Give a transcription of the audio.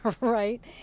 right